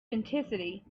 intensity